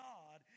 God